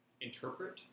interpret